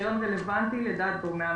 קריטריון רלוונטי לדעת גורמי המקצוע,